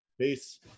Peace